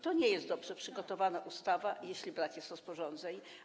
To nie jest dobrze przygotowana ustawa, jeśli brak jest rozporządzeń.